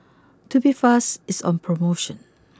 Tubifast is on promotion